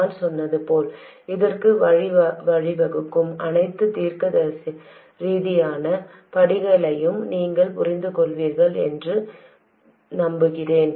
நான் சொன்னது போல் இதற்கு வழிவகுக்கும் அனைத்து தர்க்கரீதியான படிகளையும் நீங்கள் புரிந்துகொள்வீர்கள் என்று நம்புகிறேன்